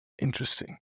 Interesting